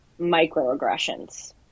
microaggressions